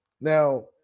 Now